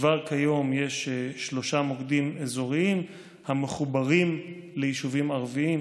כבר כיום יש שלושה מוקדים אזוריים המחוברים ליישובים ערביים,